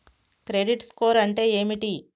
Credit score అంటే ఏమిటి?